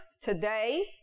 today